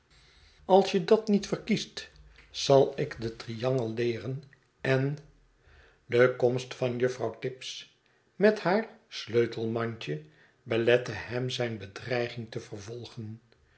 als je dat niet verkiest zal ik den triangel leeren en de komst van juffrouw tibbs met haar sleutelmandje belette hem zijn bedreiging te vervolgen